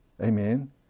Amen